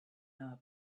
our